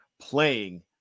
playing